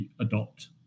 adopt